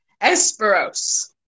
Esperos